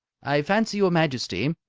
i fancy, your majesty,